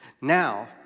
Now